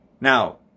Now